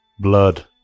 blood